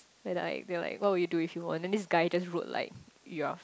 that like that like what would you do if you won then this guy just wrote like you are